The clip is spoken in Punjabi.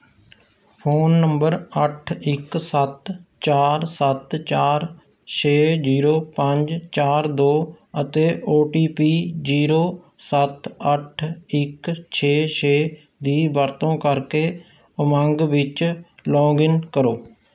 ਫ਼ੋਨ ਨੰਬਰ ਅੱਠ ਇੱਕ ਸੱਤ ਚਾਰ ਸੱਤ ਚਾਰ ਛੇ ਜ਼ੀਰੋ ਪੰਜ ਚਾਰ ਦੋ ਅਤੇ ਓ ਟੀ ਪੀ ਜ਼ੀਰੋ ਸੱਤ ਅੱਠ ਇੱਕ ਛੇ ਛੇ ਦੀ ਵਰਤੋਂ ਕਰਕੇ ਉਮੰਗ ਵਿੱਚ ਲੌਗਇਨ ਕਰੋ